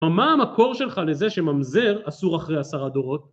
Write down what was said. מה המקור שלך לזה שממזר אסור אחרי עשרה דורות?